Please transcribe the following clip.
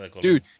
Dude